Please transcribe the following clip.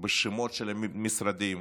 בשמות של משרדים,